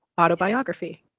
autobiography